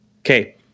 Okay